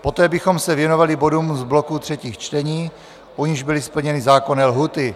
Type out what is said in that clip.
Poté bychom se věnovali bodům z bloku třetích čtení, u nichž byly splněny zákonné lhůty.